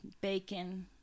bacon